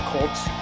Colts